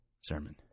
sermon